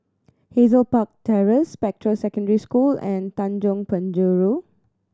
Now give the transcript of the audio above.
Hazel Park Terrace Spectra Secondary School and Tanjong Penjuru